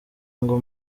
ngo